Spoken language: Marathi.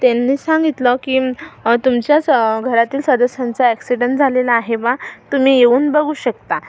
त्यांनी सांगितलं की तुमच्याच घरातील सदस्यांचा ॲक्सिडेंन झालेला आहे बा तुम्ही येऊन बघू शकता